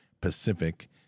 Pacific